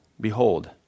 Behold